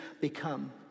become